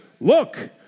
look